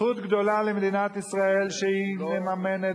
זכות גדולה למדינת ישראל שהיא מממנת